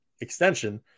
extension